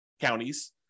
counties